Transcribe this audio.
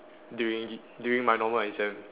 during during my normal exam